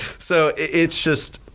so it just,